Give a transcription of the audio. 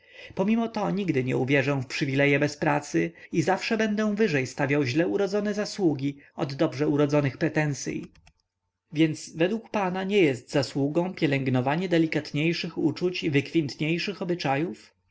pomimo to nigdy nie uwierzę w przywileje bez pracy i zawsze będę wyżej stawiał źle urodzone zasługi od dobrze urodzonych pretensyj więc według pana nie jest zasługą pielęgnowanie delikatniejszych uczuć i